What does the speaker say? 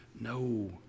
No